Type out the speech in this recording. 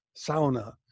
sauna